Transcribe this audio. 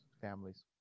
families